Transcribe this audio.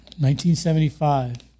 1975